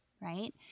Right